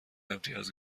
امتیاز